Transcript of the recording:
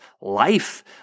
life